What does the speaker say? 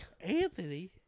Anthony